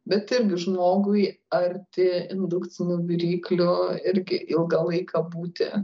bet irgi žmogui arti indukcinių viryklių irgi ilgą laiką būti